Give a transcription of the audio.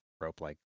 rope-like